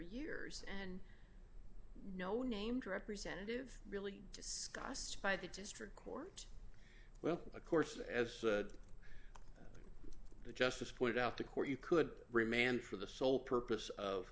years and no named representative really discussed by the district well of course as the justice pointed out the court you could remand for the sole purpose of